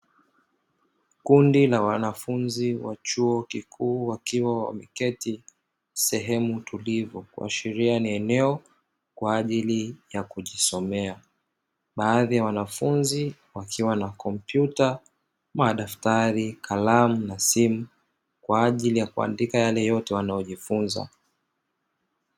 Kundi la wanafunzi wa chuo kikuu wakiwa wameketi sehemu tulivu, kuashiria ni eneo kwaajili ya kujisomea. Baadhi ya wanafunzi wakiwa na kompyuta, madaftari, kalamu na simu, kwa ajili ya kuandika yale yote wanayojifunza.